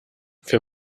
für